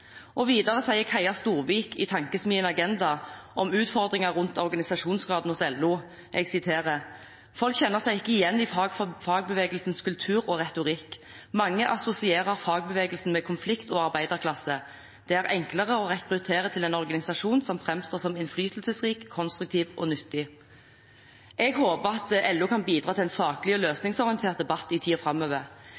Videre sier Kaia Storvik, i Tankesmien Agenda, om utfordringer rundt organisasjonsgraden hos LO: «Folk kjenner seg ikke igjen i fagbevegelsens kultur og retorikk. Mange assosierer fagbevegelsen med konflikt og arbeiderklasse. Det er enklere å rekruttere til en organisasjon som framstår som innflytelsesrik, konstruktiv og nyttig.» Jeg håper at LO kan bidra til en saklig og